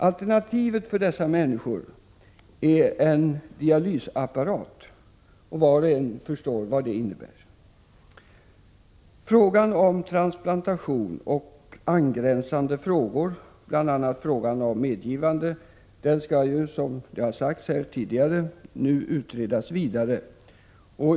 Alternativet för dem är en dialysapparat, och var och en förstår vad det innebär. Frågan om transplantation och angränsande problem, bl.a. frågan om medgivande, skall, som det har sagts här tidigare, nu utredas vidare.